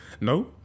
No